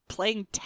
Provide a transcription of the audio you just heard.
Playing